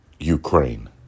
Ukraine